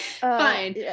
Fine